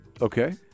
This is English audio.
Okay